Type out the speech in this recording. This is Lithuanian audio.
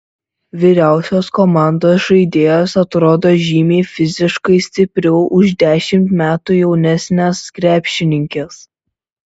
vyriausios komandos žaidėjos atrodo žymiai fiziškai stipriau už dešimt metų jaunesnes krepšininkes